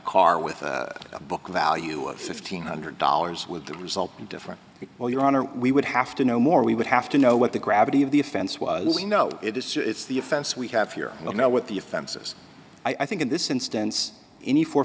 car with a book value of fifteen hundred dollars with the result in different well your honor we would have to know more we would have to know what the gravity of the offense was we know it it's the offense we have here i don't know what the offenses i think in this instance any for